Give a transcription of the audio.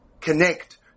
connect